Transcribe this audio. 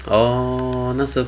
oh 那时候